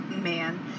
Man